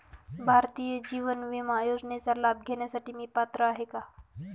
भारतीय जीवन विमा योजनेचा लाभ घेण्यासाठी मी पात्र आहे का?